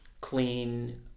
clean